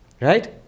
Right